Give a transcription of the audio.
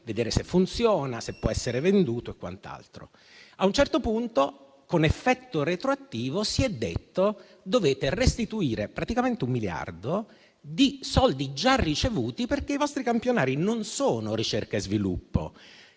vedere se poi funziona, può essere venduto e quant'altro. A un certo punto, con effetto retroattivo, si è detto: dovete restituire praticamente un miliardo di soldi già ricevuti, perché i vostri campionari non sono ricerca e sviluppo.